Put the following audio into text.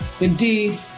Indeed